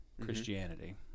Christianity